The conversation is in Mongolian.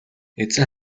эзэн